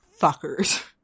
fuckers